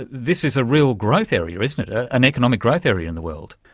this is a real growth area, isn't it, an economic growth area in the world.